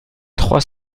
trois